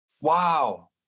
Wow